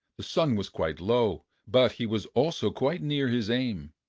the sun was quite low, but he was also quite near his aim.